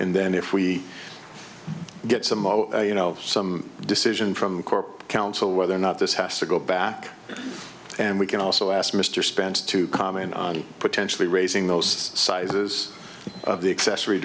and then if we get some oh you know some decision from corporate counsel whether or not this has to go back and we can also ask mr spence to comment on potentially raising those sizes of the accessory